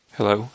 Hello